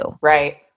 Right